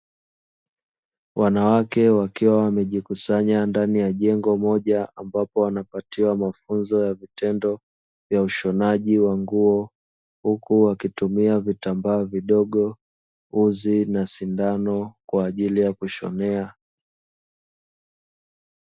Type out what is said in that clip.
.Wanawake wakiwa wamejikusanya ndani ya jengo moja, ambapo wanapatiwa mafunzo ya vitendo vya ushonaji wa nguo, huku wakitumia vitambaa vidogo, uzi na sindano kwa ajili ya kushomea.